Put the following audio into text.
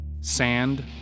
Sand